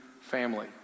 family